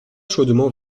chaudement